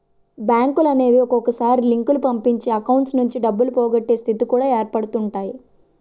బ్యాంకులనేవి ఒక్కొక్కసారి లింకులు పంపించి అకౌంట్స్ నుంచి డబ్బులు పోగొట్టే స్థితి కూడా ఏర్పడుతుంటాయి